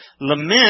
Lament